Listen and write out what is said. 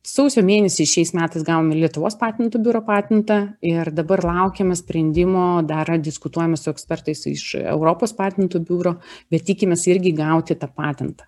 sausio mėnesį šiais metais gavome lietuvos patentų biuro patentą ir dabar laukiame sprendimo dar diskutuojame su ekspertais iš europos patentų biuro bet tikimės irgi gauti tą patentą